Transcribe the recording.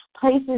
places